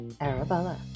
Arabella